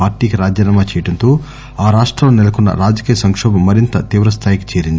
పార్టీకి రాజీనామా చేయడంతో ఆ రాష్టంలో నెలకొన్న రాజకీయ సంకోభం మరింత తీవ్ర స్థాయికి చేరింది